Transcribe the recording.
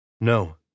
No